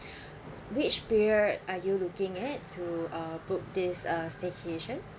which period are you looking at to uh book this uh staycation